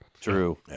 true